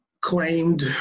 claimed